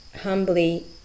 humbly